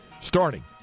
starting